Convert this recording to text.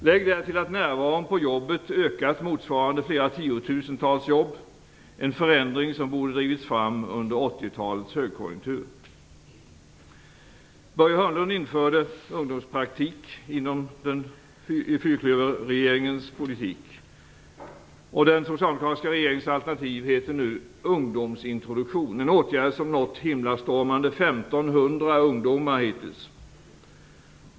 Lägg därtill att närvaron på jobbet har ökat med motsvarande flera tiotusentals jobb - en förändring som borde drivits fram under 1980-talets högkonjunktur. Börje Hörnlund införde ungdomspraktik inom fyrklöverregeringens politik. Den socialdemokratiska regeringens alternativ heter nu ungdomsintroduktion - en åtgärd som nått himlastormande 1 500 ungdomar hittills.